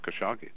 Khashoggi